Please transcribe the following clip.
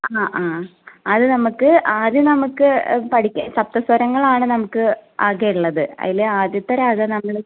ആ ആ അത് നമുക്ക് ആദ്യം നമുക്ക് പഠിക്കുക സപ്തസ്വരങ്ങളാണ് നമുക്ക് ആകെ ഉള്ളത് അതിൽ ആദ്യത്തെ രാഗം നമ്മൾ